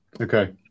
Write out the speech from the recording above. Okay